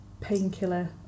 painkiller